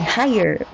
higher